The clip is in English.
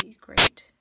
great